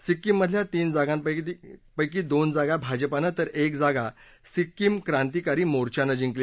सिक्कीम मधल्या तीन जागांपैकी दोन जागा भाजपानं तर एक जागा सिक्कीम क्रांतिकारी मोर्चानं जिंकली